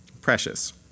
precious